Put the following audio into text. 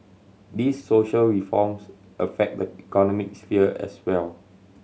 these social reforms affect the economic sphere as well